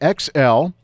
XL